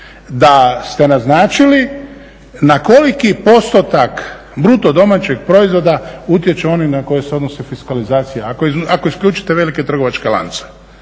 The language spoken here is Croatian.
da ste naznačili na koliko postotak bruto domaćeg proizvoda utječu oni na koje se odnosi fiskalizacija ako isključite velike trgovačke lance.